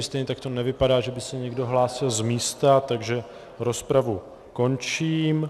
Stejně tak to nevypadá, že by se někdo hlásil z místa, takže rozpravu končím.